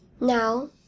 Now